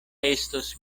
estos